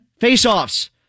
faceoffs